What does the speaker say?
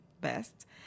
best